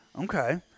okay